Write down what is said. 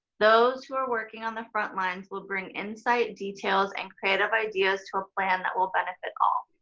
those who are working on the front lines will bring insight, details, and creative ideas to a plan that will benefit all.